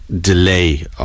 delay